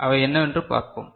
அவை என்னவென்று பார்ப்போம்